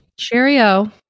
Cheerio